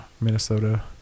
Minnesota